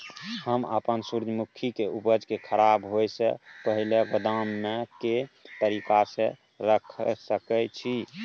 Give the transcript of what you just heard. हम अपन सूर्यमुखी के उपज के खराब होयसे पहिले गोदाम में के तरीका से रयख सके छी?